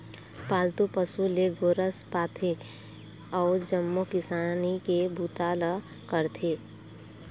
पालतू पशु ले गोरस पाथे अउ जम्मो किसानी के बूता ल करथे